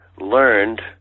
learned